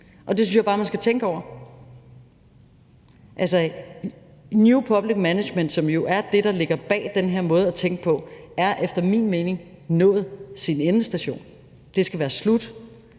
Det synes jeg bare man skal tænke over. Altså, new public management, som jo er det, der ligger bag den her måde at tænke på, er efter min mening nået til sin endestation. Det skal være slut.